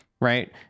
right